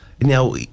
Now